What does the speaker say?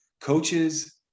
coaches